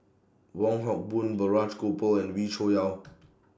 Wong Hock Boon Balraj Gopal and Wee Cho Yaw